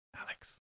Alex